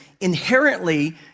inherently